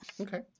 Okay